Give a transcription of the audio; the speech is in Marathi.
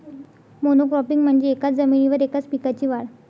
मोनोक्रॉपिंग म्हणजे एकाच जमिनीवर एकाच पिकाची वाढ